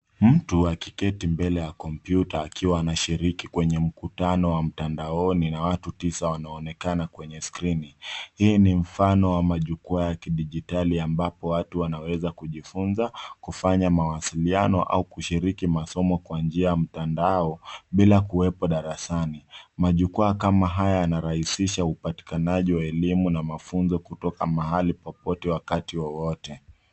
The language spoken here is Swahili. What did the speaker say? Mtu aki keti mbele ya kompyuta akiwa anashiriki kwenye mkutano wa mtandaoni na watu tisa wanaonekana kwenye skirini, hii ni mfano wa majukwa ya kidijitali ambapo watu wanaweza kujifunza, kufanya mawasiliano au kushiriki masomo kwa njia ya mtandao bila kuwepo darasani. Majukwaa kama haya yana rahisisha upatinikaji wa elimu na mafunzo kutoka mahali popote wakati wowote.